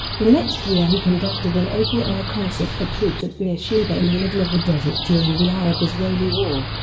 the next year he conducted an open-air concert for troops at beersheba in the middle of the desert during the arab-israeli war.